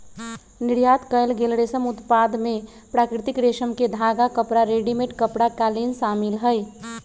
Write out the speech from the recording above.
निर्यात कएल गेल रेशम उत्पाद में प्राकृतिक रेशम के धागा, कपड़ा, रेडीमेड कपड़ा, कालीन शामिल हई